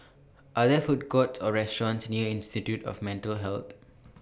Are There Food Court Or restaurants near Institute of Mental Health